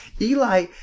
Eli